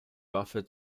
waffe